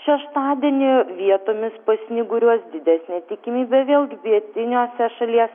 šeštadienį vietomis pasnyguriuos didesnė tikimybė vėl pietiniuose šalies